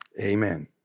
Amen